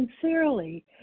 sincerely